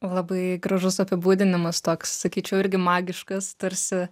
labai gražus apibūdinimas toks sakyčiau irgi magiškas tarsi